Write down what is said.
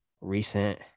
recent